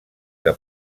que